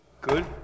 good